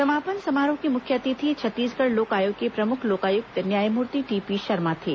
समापन समारोह के मुख्य अतिथ छत्तीसगढ़ लोक आयोग के प्रमुख लोकायुक्त न्यायमूर्ति टीपी शर्मा थे